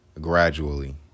gradually